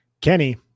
Kenny